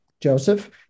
Joseph